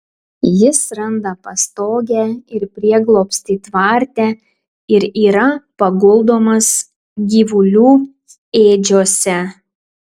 jis randa pastogę ir prieglobstį tvarte ir yra paguldomas gyvulių ėdžiose